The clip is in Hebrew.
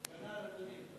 בעד, אדוני.